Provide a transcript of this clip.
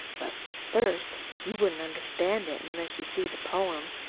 but first you wouldn't understand it, unless you see the poem.